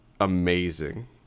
amazing